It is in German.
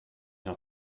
noch